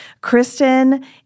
Kristen